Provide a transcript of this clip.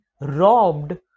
robbed